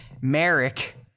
Merrick